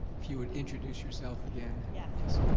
if you would introduce yourself again and yeah yes,